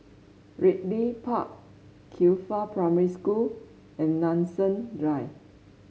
Ridley Park Qifa Primary School and Nanson Drive